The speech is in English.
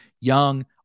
Young